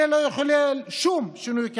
זה לא יכול לחולל שום שינוי כלכלי.